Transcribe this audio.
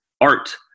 art